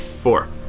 four